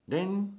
then